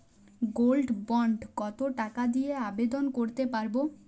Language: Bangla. গোল্ড বন্ড কত টাকা দিয়ে আবেদন করতে পারবো?